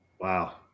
wow